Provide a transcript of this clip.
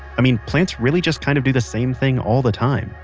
i mean plants really just kind of do the same thing all the time.